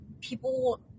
people